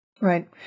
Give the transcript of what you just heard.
Right